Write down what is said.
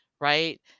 right